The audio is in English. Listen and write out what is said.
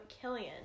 Killian